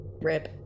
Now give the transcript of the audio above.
Rib